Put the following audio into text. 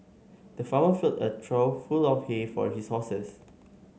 the farmer filled a trough full of hay for his horses